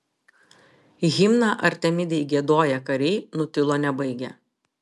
himną artemidei giedoję kariai nutilo nebaigę